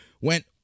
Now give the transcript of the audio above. went